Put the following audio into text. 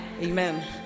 Amen